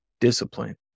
discipline